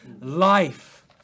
Life